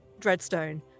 Dreadstone